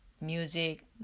Music